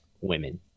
women